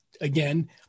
again